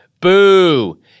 boo